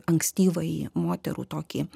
ankstyvąjį moterų tokį